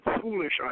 foolish